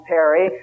Perry